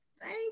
Thank